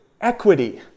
equity